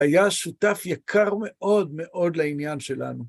היה שותף יקר מאוד מאוד לעניין שלנו.